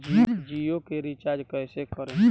जियो के रीचार्ज कैसे करेम?